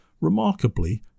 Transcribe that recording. Remarkably